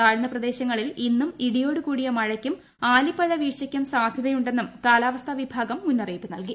താഴ്ന്ന പ്രദേശങ്ങളിൽ ഇന്നും ഇടിയോടു കൂടിയ മഴയ്ക്കും ആലിപ്പഴ വീഴ്ചയ്ക്കും സാധൃതയുണ്ടെന്നും കാലാവസ്ഥാ വിഭാഗം മുന്നറിയിപ്പ് നൽകി